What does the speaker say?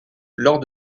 lors